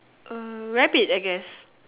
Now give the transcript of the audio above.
a rabbit I guess